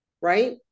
right